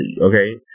okay